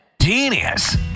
Genius